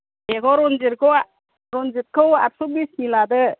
बेखौ रनजिदखौ रनजिदखौ आदस' बिसनि लादो